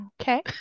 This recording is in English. Okay